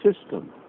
system